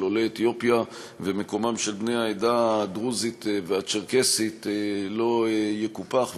עולי אתיופיה ומקומם של בני העדה הדרוזית והצ'רקסית לא יקופח,